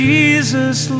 Jesus